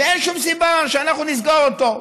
ואין שום סיבה שאנחנו נסגור אותו.